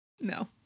No